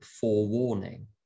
forewarning